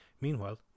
Meanwhile